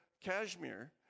Kashmir